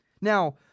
Now